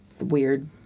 weird